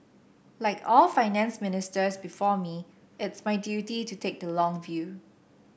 like all Finance Ministers before me it is my duty to take the long view